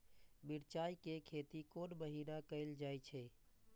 मिरचाय के खेती कोन महीना कायल जाय छै?